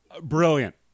Brilliant